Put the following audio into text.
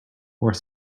more